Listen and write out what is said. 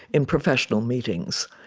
in professional meetings,